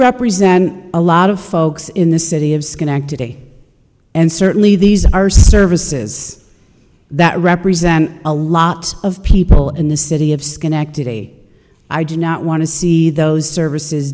represent a lot of folks in the city of schenectady and certainly these are services that represent a lot of people in the city of schenectady i do not want to see those services